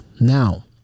Now